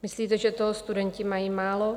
Myslíte, že toho studenti mají málo?